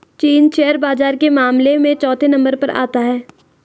चीन शेयर बाजार के मामले में चौथे नम्बर पर आता है